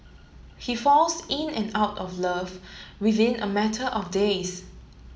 he falls in and out of love within a matter of days